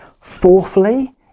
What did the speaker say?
Fourthly